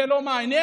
זה לא מעניין?